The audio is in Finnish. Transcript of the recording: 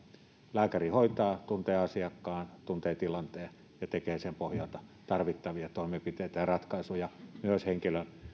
lääkäri hoitaa tuntee asiakkaan tuntee tilanteen ja tekee sen pohjalta tarvittavia toimenpiteitä ja ratkaisuja myös